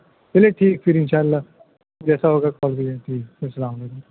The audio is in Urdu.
چلیے ٹھیک پھر ان شاء اللہ جیسا ہوگا کال کیجیے گا السلام علیکم